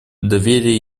доверие